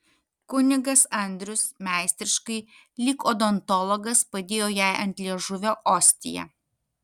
kunigas andrius meistriškai lyg odontologas padėjo jai ant liežuvio ostiją